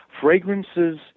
Fragrances